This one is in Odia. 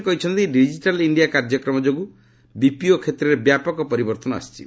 ସେ କହିଚ୍ଚନ୍ତି ଡିକିଟାଲ୍ ଇଣ୍ଡିଆ କାର୍ଯ୍ୟକ୍ରମ ଯୋଗୁଁ ବିପିଓ କ୍ଷେତ୍ରରେ ବ୍ୟାପକ ପରିବର୍ତ୍ତନ ଆସିଛି